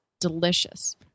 delicious